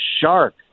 shark